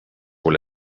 con